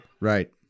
Right